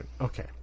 Okay